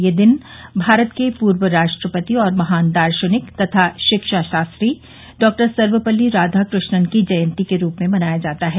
यह दिन भारत के पूर्व राष्ट्रपति और महान दार्शनिक तथा शिक्षाशास्त्री डॉक्टर सर्वपल्ली राधाकृष्णन की जयंती के रूप में मनाया जाता है